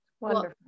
wonderful